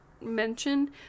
mention